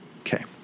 Okay